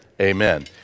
Amen